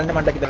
and monday